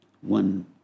one